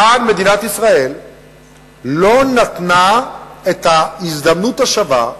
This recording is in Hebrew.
כאן מדינת ישראל לא נתנה את ההזדמנות השווה,